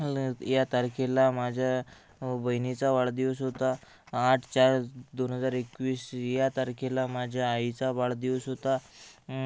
या तारखेला माझ्या बहिणीचा वाढदिवस होता आठ चार दोन हजार एकवीस या तारखेला माझ्या आईचा वाढदिवस होता